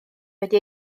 wedi